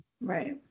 Right